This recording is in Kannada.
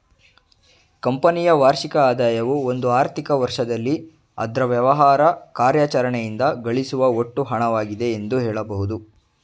ಕಂಪನಿಯ ವಾರ್ಷಿಕ ಆದಾಯವು ಒಂದು ಆರ್ಥಿಕ ವರ್ಷದಲ್ಲಿ ಅದ್ರ ವ್ಯವಹಾರ ಕಾರ್ಯಾಚರಣೆಯಿಂದ ಗಳಿಸುವ ಒಟ್ಟು ಹಣವಾಗಿದೆ ಎಂದು ಹೇಳಬಹುದು